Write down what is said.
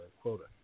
Quota